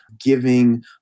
giving